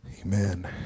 Amen